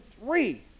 three